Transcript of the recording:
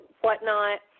whatnot